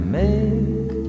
make